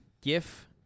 Gif